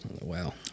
Wow